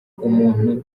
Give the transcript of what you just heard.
umuntu